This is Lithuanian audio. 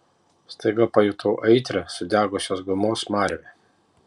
staiga pajutau aitrią sudegusios gumos smarvę